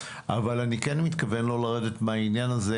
אבל כן מתכוון לא לרדת מהעניין הזה.